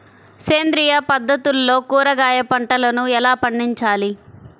సేంద్రియ పద్ధతుల్లో కూరగాయ పంటలను ఎలా పండించాలి?